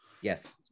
Yes